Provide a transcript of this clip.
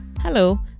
Hello